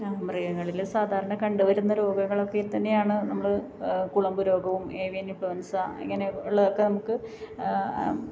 മൃഗങ്ങളിൽ സാധാരണ കണ്ടുവരുന്ന രോഗങ്ങളൊക്കെ തന്നെയാണ് നമ്മൾ കുളമ്പ് രോഗവും ഏവിയൻ ഇൻഫ്ലുൻസ അങ്ങനെ ഉള്ളതൊക്ക നമുക്ക്